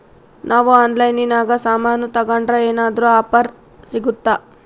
ನಾವು ಆನ್ಲೈನಿನಾಗ ಸಾಮಾನು ತಗಂಡ್ರ ಏನಾದ್ರೂ ಆಫರ್ ಸಿಗುತ್ತಾ?